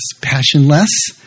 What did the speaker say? passionless